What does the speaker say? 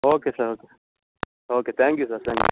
okay sir okay okay thank you sir thank